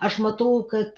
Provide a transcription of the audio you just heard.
aš matau kad